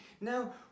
Now